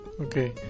Okay